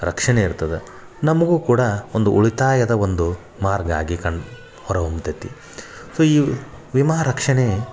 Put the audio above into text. ರಕ್ಷಣೆ ಇರ್ತದೆ ನಮಗೂ ಕೂಡ ಒಂದು ಉಳಿತಾಯದ ಒಂದು ಮಾರ್ಗ ಆಗಿ ಕಣ್ ಹೊರ ಹೊಮ್ಮುತೈತಿ ಸೊ ಈ ವಿಮಾ ರಕ್ಷಣೆ